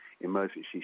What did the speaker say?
emergency